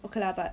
okay lah but